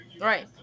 Right